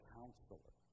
Counselor